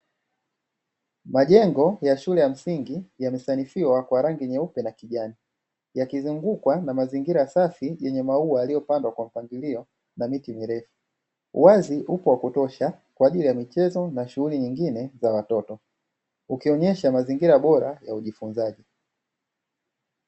Majengo ya shule ya msingi yamesanifiwa kwa rangi nyeupe na kijani yakizungukwa na mazingira safi yenye maua yaliyopandwa kwa mpangilio na miti mirefu. Uwazi upo wa kutosha kwa ajili ya michezo na shughuli nyingine za watoto, ukionyesha mazingira bora ya ujifunzaji.